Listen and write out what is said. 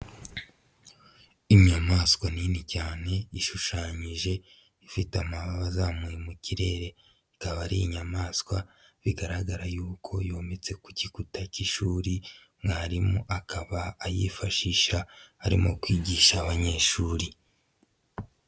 Inyamaswa nini cyane ishushanyije, ifite amababa azamuwe mu kirere, ikaba ari inyamaswa bigaragara y'uko yometse ku gikuta cy'ishuri, mwarimu akaba ayifashisha arimo kwigisha abanyeshuri.